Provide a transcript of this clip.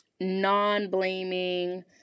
non-blaming